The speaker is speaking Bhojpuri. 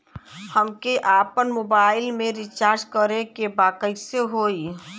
हमके आपन मोबाइल मे रिचार्ज करे के बा कैसे होई?